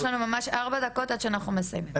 כן אבל יש לנו ממש ארבע דקות עד שאנחנו מסיימים.